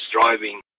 driving